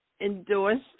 endorsed